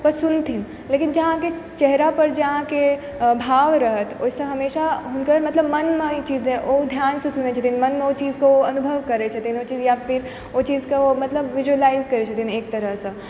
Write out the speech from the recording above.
सुनथिन लेकिन जँ अहाँकेँ चेहरा पर जे अहाँकेँ भाव रहत ओहिसंँ हमेशा हुनकर मतलब मनमे ई चीज ओ ध्यानसंँ सुनै छथिन मनमे ओ चीजकेँ ओ अनुभव करै छथिन ओहि चीज या फिर ओहि चीजकेँ ओ मतलब विजुलाइज करै छथिन एक तरहसँ